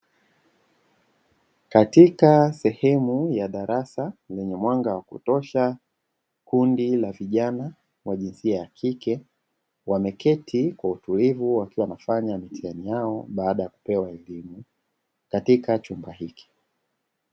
Katika sehemu ya darasa lenye mwanga wa kutosha, kundi la vijana wa jinsia ya kike wameketi kwa utulivu wakiwa wanafanya mitihani yao, baada ya kupewa elimu katika chumba hiki.